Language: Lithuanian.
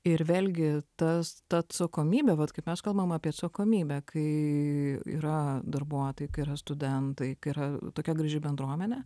ir vėlgi tas ta atsakomybė vat kaip mes kalbam apie atsakomybę kai yra darbuotojai kai yra studentaikai yra tokia graži bendruomenė